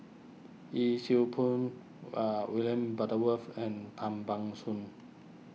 Yee Siew Pun Are William Butterworth and Tan Ban Soon